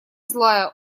злая